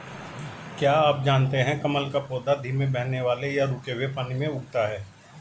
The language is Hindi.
क्या आप जानते है कमल का पौधा धीमे बहने वाले या रुके हुए पानी में उगता है?